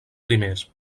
primers